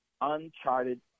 uncharted